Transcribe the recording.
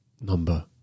number